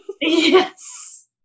Yes